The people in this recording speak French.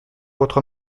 votre